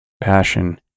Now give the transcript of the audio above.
passion